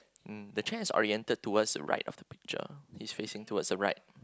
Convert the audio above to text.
mm the chair is oriented towards the right of the picture it's facing towards the right